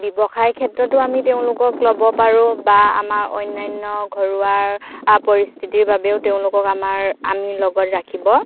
ব্যৱসায়ৰ ক্ষেত্ৰতো আমি তেওঁলোকক ল'ব পাৰোঁ বা আমাৰ অন্যান্য ঘৰুৱা পৰিস্থিতিৰ বাবেও তেওঁলোকক আমাৰ আমি লগত ৰাখিব